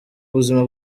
buzima